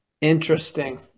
Interesting